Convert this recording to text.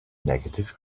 negative